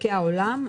משחקי העולם,